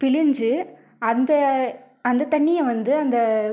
பிழிஞ்சு அந்த அந்தத் தண்ணியை வந்து அந்த